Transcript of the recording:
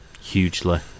Hugely